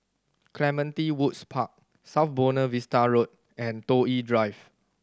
Clementi Woods Park South Buona Vista Road and Toh Yi Drive